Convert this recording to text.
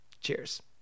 Cheers